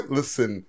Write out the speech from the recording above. listen